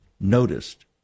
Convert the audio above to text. noticed